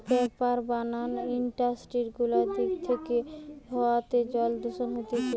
paper বানানার industry গুলা থিকে হাওয়াতে জলে দূষণ হচ্ছে